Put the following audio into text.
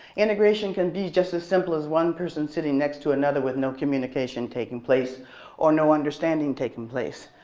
integration can be just as simple as one person sitting next to another with no communication taking place or no understanding taking place.